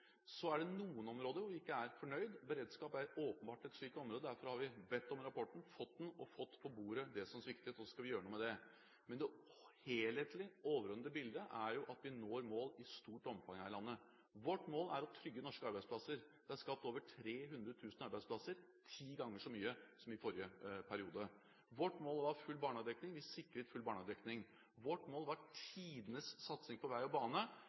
Så er det noen områder hvor vi ikke er fornøyd – og beredskap er åpenbart et slikt område. Derfor har vi bedt om rapporten, fått den og fått på bordet det som sviktet – og så skal vi gjøre noe med det. Men det helhetlig, overordnede bildet er jo at vi når mål i stort omfang her i landet. Vårt mål er å trygge norske arbeidsplasser. Det er skapt over 300 000 arbeidsplasser – ti ganger så mange som i forrige periode. Vårt mål var full barnehagedekning – vi sikret full barnehagedekning. Vårt mål var tidenes satsing på vei og bane.